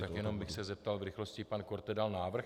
Tak jenom bych se zeptal v rychlosti pan Korte dal návrh?